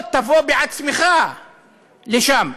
או תבוא בעצמך לשם.